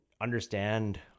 understand